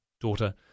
daughter